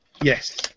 Yes